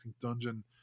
dungeon